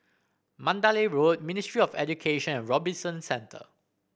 Mandalay Road Ministry of Education and Robinson Centre